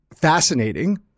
fascinating